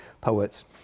poets